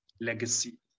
legacy